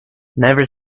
never